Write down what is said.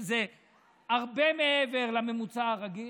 שהן הרבה מעבר לממוצע הרגיל,